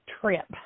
trip